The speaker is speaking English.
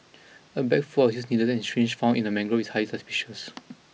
a bag full of used needles and syringe found in a mangrove is highly suspicious